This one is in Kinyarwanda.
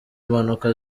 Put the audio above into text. mpanuka